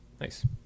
Nice